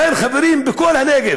לא.